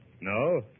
No